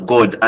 God